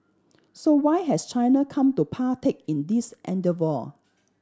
so why has China come to partake in this endeavour